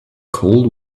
cold